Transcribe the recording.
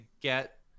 get